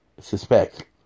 suspect